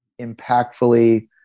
impactfully